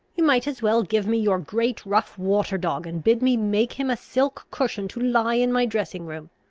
you might as well give me your great rough water-dog, and bid me make him a silk cushion to lie in my dressing-room.